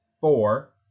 four